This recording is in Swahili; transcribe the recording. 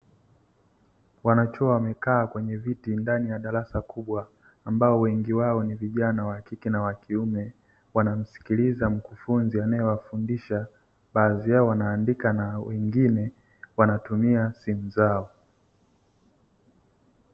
Wanachuo wamekaa kwenye viti ndani ya darasa kubwa ambao wengi wao ni vijana wa kike na wa kiume, wanamsikiliza mkufunzi anaye wafundisha. Baadhi yao wanaandika na wengine wanatumia simu zao.